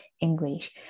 English